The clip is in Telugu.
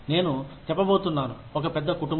నేను చెప్పబోతున్నాను ఒక పెద్ద కుటుంబం